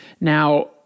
Now